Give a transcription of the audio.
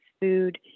food